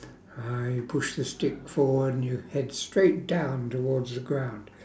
I push the stick forward and you head straight down towards the ground